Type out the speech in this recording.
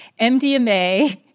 MDMA